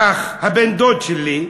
האח, הבן-דוד שלי,